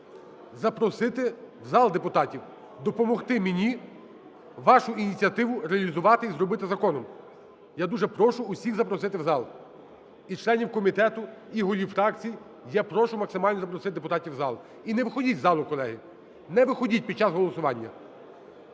запросити в зал депутатів, допомогти мені вашу ініціативу реалізувати і зробити законом. Я дуже прошу всіх запросити в зал. І членів комітету, і голів фракцій я прошу максимально запросити депутатів в зал. І не виходьте із залу, колеги, не виходьте під час голосування.